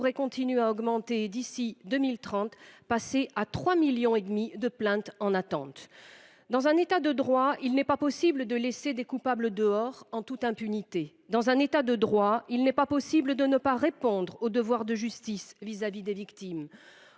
continuer à augmenter d’ici à 2030 et passer à 3,5 millions de plaintes en attente. Dans un État de droit, il n’est pas possible de laisser des coupables dehors, en toute impunité. Dans un État de droit, il n’est pas possible de ne pas répondre au devoir de justice vis à vis des victimes.